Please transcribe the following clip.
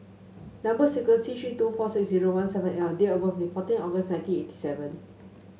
number sequence T Three two four six zero one seven L and date of birth is fourteen August nineteen eighty seven